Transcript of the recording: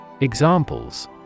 Examples